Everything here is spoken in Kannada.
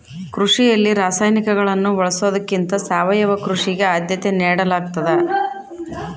ಕೃಷಿಯಲ್ಲಿ ರಾಸಾಯನಿಕಗಳನ್ನು ಬಳಸೊದಕ್ಕಿಂತ ಸಾವಯವ ಕೃಷಿಗೆ ಆದ್ಯತೆ ನೇಡಲಾಗ್ತದ